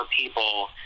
people